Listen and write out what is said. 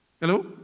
Hello